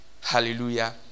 Hallelujah